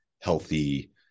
healthy